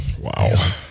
Wow